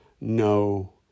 no